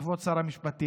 לכבוד שר המשפטים.